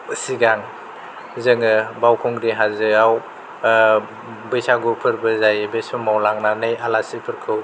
सिगां जोङो बावखुंग्रि हाजोआव बैसागुफोरबो जायो बे समाव लांनानै आलासिफोरखौ